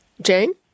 Jane